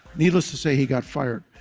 needless to say, he got fired,